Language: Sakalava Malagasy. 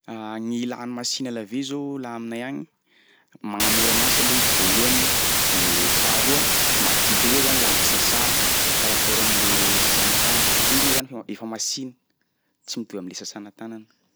Gny ilà ny machine à laver zao laha aminay agny, magnamora ny asa aloha izy voalohany de faharoa, madio kokoa zany lamba sasà par rapport am'le sasana tagna satria iny moa zany f- efa machine, tsy mitovy am'le sasana tanana.